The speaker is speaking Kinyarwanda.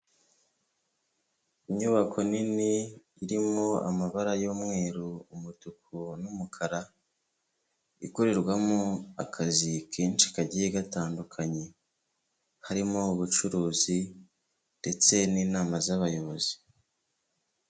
Inyubako nini irimo amabara y'umweru, umutuku n'umukara. Ikorerwamo akazi kenshi kagiye gatandukanye. Harimo ubucuruzi ndetse n'inama z'abayobozi.